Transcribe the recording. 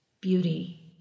Beauty